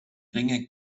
ringe